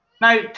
Now